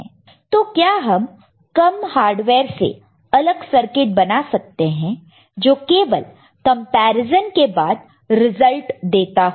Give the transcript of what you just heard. तो क्या हम कम हार्डवेयर से अलग सर्किट बना सकते हैं जो केवल कंपैरिजन के बाद रिजल्ट देता हो